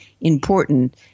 important